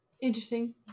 Interesting